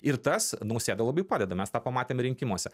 ir tas nausėda labai padeda mes tą pamatėm rinkimuose